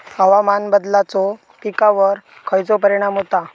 हवामान बदलाचो पिकावर खयचो परिणाम होता?